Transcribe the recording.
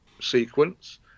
sequence